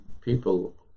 people